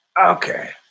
Okay